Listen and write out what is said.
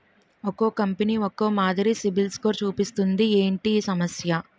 ఒక్కో కంపెనీ ఒక్కో మాదిరి సిబిల్ స్కోర్ చూపిస్తుంది ఏంటి ఈ సమస్య?